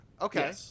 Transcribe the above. Okay